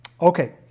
Okay